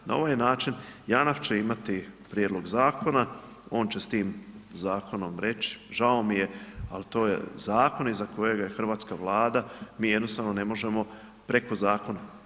Na ovaj način JANAF će imati prijedlog zakona, on će sa tim zakonom reći žao mi je ali to je zakon iza kojega je hrvatska Vlada, mi jednostavno ne možemo preko zakona.